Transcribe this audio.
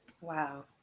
Wow